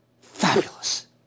fabulous